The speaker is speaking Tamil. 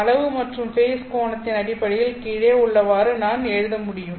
அளவு மற்றும் ஃபேஸ் கோணத்தின் அடிப்படையில் கீழே உள்ளவாறு நான் எழுத முடியும்